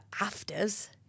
afters